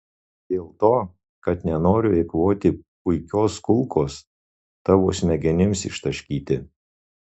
dėl to kad nenoriu eikvoti puikios kulkos tavo smegenims ištaškyti